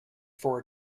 for